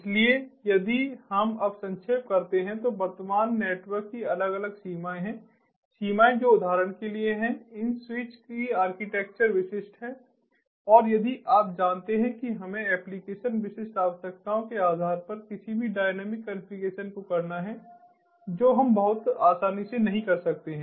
इसलिए यदि हम अब संक्षेप करते हैं तो वर्तमान नेटवर्क की अलग अलग सीमाएँ हैं सीमाएँ जो उदाहरण के लिए हैं इन स्विच की आर्किटेक्चर विशिष्ट हैं और यदि आप जानते हैं कि हमें एप्लिकेशन विशिष्ट आवश्यकताओं के आधार पर किसी भी डायनामिक कॉन्फ़िगरेशन को करना है जो हम बहुत आसानी से नहीं कर सकते हैं